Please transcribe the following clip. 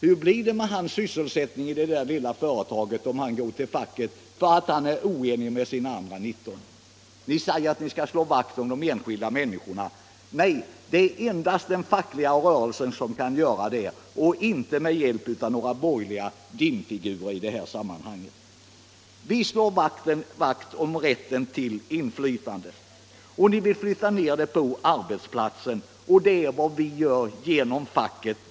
Hur blir det med hans sysselsättning i det lilla företaget om han går till facket därför att han är oense med sina 19 arbetskamrater? Ni säger att ni skall slå vakt om de enskilda människorna. Nej, det är endast den fackliga rörelsen som kan göra det — och inte med hjälp av några borgerliga dimfigurer. Vi slår vakt om rätten till inflytande. Ni vill flytta ned det till arbetsplatsen. Och det är vad vi gör — skapa inflytande genom facket.